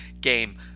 game